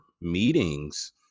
meetings